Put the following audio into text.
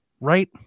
right